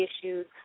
issues